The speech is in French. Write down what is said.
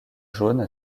jaunes